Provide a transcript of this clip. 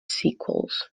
sequels